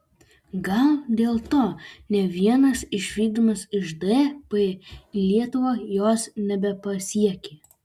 gal dėl to ne vienas išvykdamas iš dp į lietuvą jos nebepasiekė